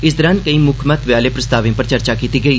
इस दौरान केई मुक्ख महत्व आह्ले प्रस्तावें उप्पर चर्चा कीती गेई